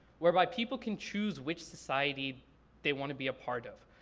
whereby people can choose which society they want to be a part of.